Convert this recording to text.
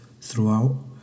throughout